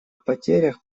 потерях